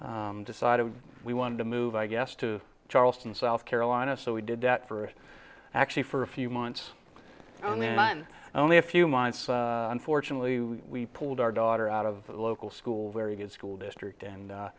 decided we wanted to move i guess to charleston south carolina so we did that for it actually for a few months and then only a few months unfortunately we pulled our daughter out of a local school very good school district and